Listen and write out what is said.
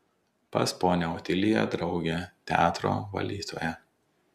pas ponią otiliją draugė teatro valytoja